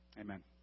Amen